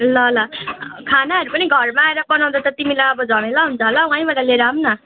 ल ल खानाहरू पनि घरमा आएर बनाउँदा त तिमीलाई अब झमेला हुन्छ होला हो वहीँबाट लिएर आऊँ न